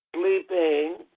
sleeping